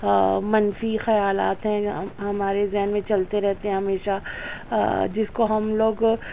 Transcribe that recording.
منفی خیالات ہیں ہمارے ذہن میں چلتے رہتے ہیں ہمیشہ جس کو ہم لوگ